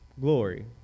Glory